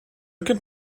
could